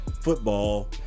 football